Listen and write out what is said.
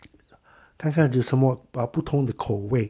看一下有什么 ah 不同的口味